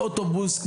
ובלספק אוטובוס,